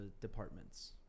departments